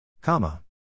Comma